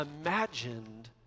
imagined